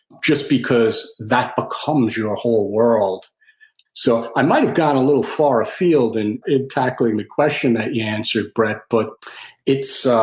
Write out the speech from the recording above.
just because that becomes your whole world so i might have gotten a little far afield and in tackling the question that you answered brett, but it's